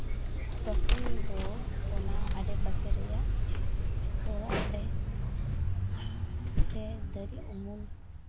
ᱛᱚᱠᱷᱚᱱ ᱫᱚ ᱚᱱᱟ ᱟᱰᱮ ᱯᱟᱥᱮ ᱨᱮᱭᱟᱜ ᱚᱲᱟᱜ ᱨᱮ ᱥᱮ ᱫᱟᱨᱮ ᱩᱢᱩᱞ